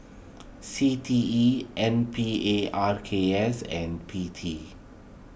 C T E N P A R K S and P T